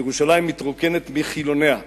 וירושלים מתרוקנת מחילוניה.